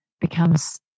becomes